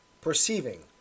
perceiving